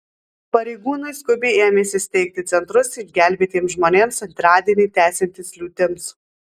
pareigūnai skubiai ėmėsi steigti centrus išgelbėtiems žmonėms antradienį tęsiantis liūtims